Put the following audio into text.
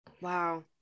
Wow